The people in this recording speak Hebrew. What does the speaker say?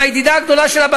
עם הידידה הגדולה שלה,